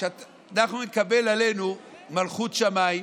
כשאנחנו נקבל עלינו מלכות שמיים